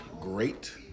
great